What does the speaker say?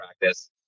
practice